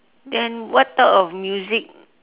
then what type of music